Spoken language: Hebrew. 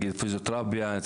למשל לפיזיותרפיה?